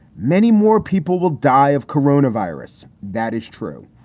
many more people will die of corona virus. that is true.